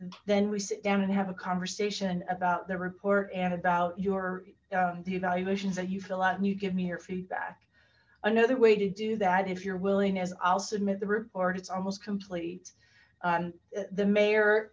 then then we sit down and have a conversation about the report and about your the evaluations that you fill out and you give me your feedback another way to do that if you're willing is i'll submit the report it's almost complete on the mayor